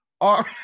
are-